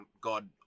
God